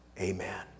Amen